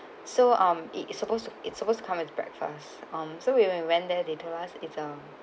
so um it's supposed to it's supposed come with breakfast um so when we went there they told us is a